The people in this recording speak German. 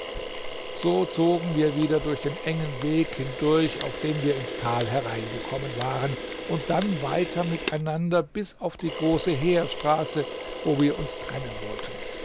so zogen wir wieder durch den engen weg hindurch auf dem wir ins tal hereingekommen waren und dann weiter miteinander bis auf die große heerstraße wo wir uns trennen wollten